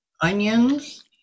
onions